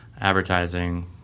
advertising